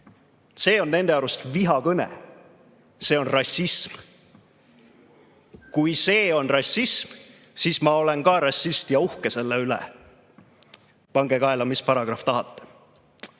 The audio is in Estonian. See on nende arust vihakõne, see on rassism. Kui see on rassism, siis ma olen ka rassist ja uhke selle üle. Pange kaela, mis paragrahv tahate.